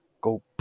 go